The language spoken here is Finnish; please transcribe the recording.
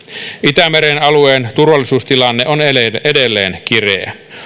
itämeren alueen turvallisuustilanne on edelleen edelleen kireä